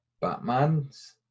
Batman's